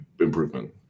improvement